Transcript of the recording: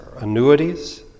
annuities